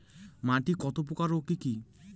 মাটি কতপ্রকার ও কি কী?